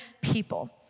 people